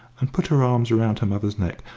and put her arms round her mother's neck.